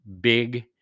big